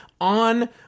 on